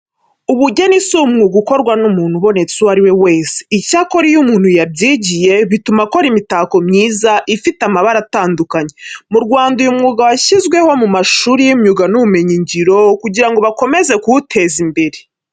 Ubugeni si umwuga ukorwa n'umuntu ubonetse uwo ari we wese. Icyakora iyo umuntu yabyigiye bituma akora imitako myiza, ifite amabara atandukanye. Mu Rwanda uyu mwuga washyizwe mu mashuri y'imyuga n'ubumenyingiro kugira ngo bakomeze kuwuteza imbere.